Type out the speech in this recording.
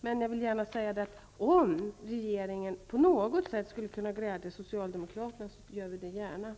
Men jag vill gärna säga att om regeringen på något sätt skulle kunna glädja socialdemokraterna gör vi gärna det.